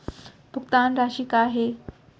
भुगतान राशि का हे?